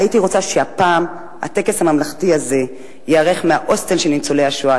הייתי רוצה שהפעם הטקס הממלכתי הזה ייערך מההוסטל של ניצולי השואה,